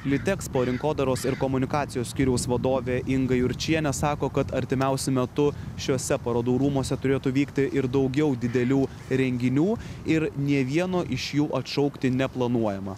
litexpo rinkodaros ir komunikacijos skyriaus vadovė inga jurčienė sako kad artimiausiu metu šiuose parodų rūmuose turėtų vykti ir daugiau didelių renginių ir nė vieno iš jų atšaukti neplanuojama